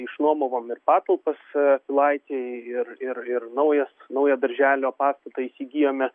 išnuomavom ir patalpas pilaitėj ir ir ir naujas naują darželio pastatą įsigijome